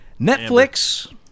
Netflix